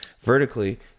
Vertically